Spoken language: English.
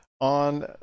on